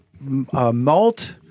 malt